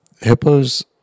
Hippos